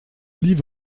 livre